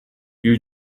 you